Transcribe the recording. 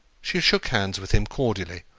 she shook hands with him cordially,